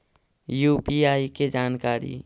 UPI के जानकारी?